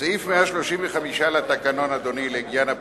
סעיף 135 לתקנון, אדוני, לעניין הפרוצדורה,